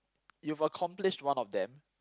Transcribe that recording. you've accomplished one of them